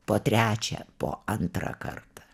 po trečią po antrą kartą